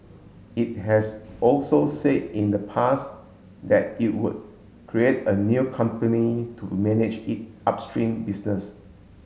it has also said in the past that it would create a new company to manage it upstream business